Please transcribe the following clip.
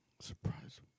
Surprise